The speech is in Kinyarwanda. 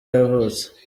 yavutse